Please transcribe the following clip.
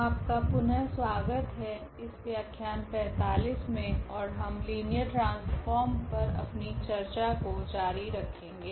आपका पुनः स्वागत है इस व्याख्यान 45 मे ओर हम लीनियर ट्रांसफोर्म पर अपनी चर्चा को जारी रखेगे